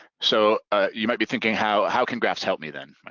so you might be thinking how how can graphs help me then?